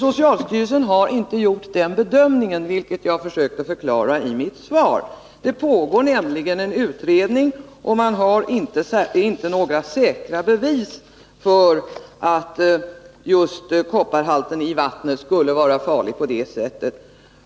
Socialstyrel sen har dock inte bedömt detta som nödvändigt, vilket jag försökte förklara i mitt svar. Det pågår nämligen en utredning, och man har inte några säkra bevis för att just kopparhalten i vattnet skulle vara farlig på det sättet.